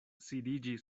sidiĝi